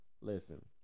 Listen